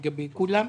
לגבי כולם,